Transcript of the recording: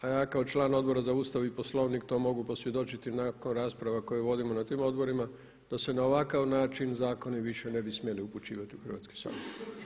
A ja kao član Odbora za Ustav i Poslovnik to mogu posvjedočiti nakon rasprava koje vodimo na tim odborima da se na ovakav način zakoni više ne bi smjeli upućivati u Hrvatski sabor.